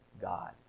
God